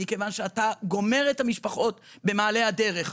מכיוון שזה יכול לגמור את המשפחות במעלה הדרך.